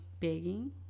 begging